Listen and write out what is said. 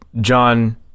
John